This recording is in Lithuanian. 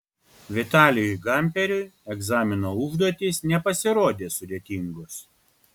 vitalijui gamperiui egzamino užduotys nepasirodė sudėtingos